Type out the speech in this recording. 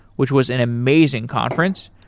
which was an amazing conference.